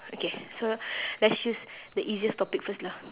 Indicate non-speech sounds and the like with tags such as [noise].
okay so [breath] let's choose the easiest topic first lah